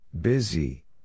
Busy